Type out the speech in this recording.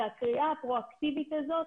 הקריאה הפרו אקטיבית הזאת,